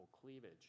cleavage